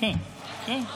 אני אעלה בהסתייגות הבאה,